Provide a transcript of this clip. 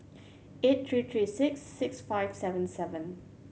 eight three three six six five seven seven